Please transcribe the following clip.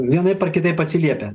vienaip ar kitaip atsiliepia